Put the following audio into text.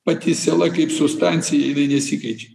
pati siela kaip sustancija jinai nesikeičia